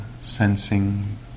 sensing